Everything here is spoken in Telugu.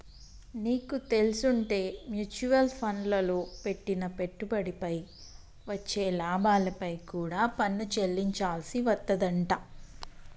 నీకు తెల్సుంటే మ్యూచవల్ ఫండ్లల్లో పెట్టిన పెట్టుబడిపై వచ్చే లాభాలపై కూడా పన్ను చెల్లించాల్సి వత్తదంట